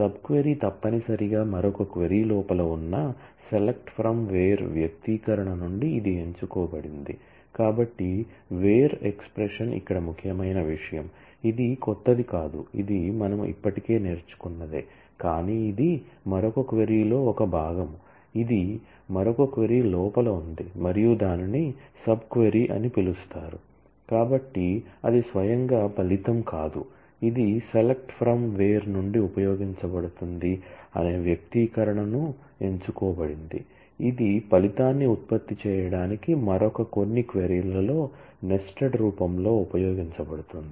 sub query తప్పనిసరిగా మరొక query లోపల ఉన్న సెలెక్ట్ ఫ్రమ్ వేర్ నుండి ఉపయోగించబడుతుంది అనే వ్యక్తీకరణను ఎంచుకోబడింది ఇది ఫలితాన్ని ఉత్పత్తి చేయడానికి మరొక కొన్ని క్వరీ లలో నెస్టెడ్ రూపంలో ఉపయోగించబడుతుంది